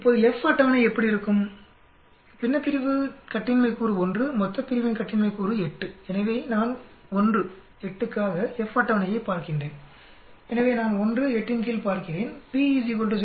இப்போது F அட்டவணை எப்படி இருக்கும் பின்னப்பிரிவின் கட்டின்மை கூறு 1 மொத்தப்பிரிவின் கட்டின்மை கூறு 8 எனவே நான் 1 8 க்காக F அட்டவணையைப் பார்க்கின்றேன் எனவே நான் 1 8 ன் கீழ் பார்கிறேன் p 0